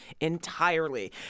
entirely